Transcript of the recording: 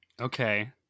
Okay